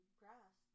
grass